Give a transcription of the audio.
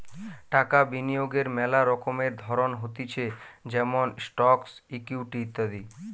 টাকা বিনিয়োগের মেলা রকমের ধরণ হতিছে যেমন স্টকস, ইকুইটি ইত্যাদি